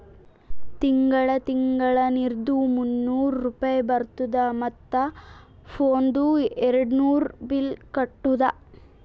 ತಿಂಗಳ ತಿಂಗಳಾ ನೀರ್ದು ಮೂನ್ನೂರ್ ರೂಪೆ ಬರ್ತುದ ಮತ್ತ ಫೋನ್ದು ಏರ್ಡ್ನೂರ್ ಬಿಲ್ ಕಟ್ಟುದ